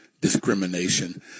discrimination